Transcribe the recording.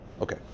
Okay